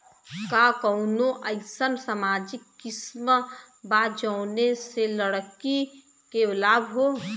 का कौनौ अईसन सामाजिक स्किम बा जौने से लड़की के लाभ हो?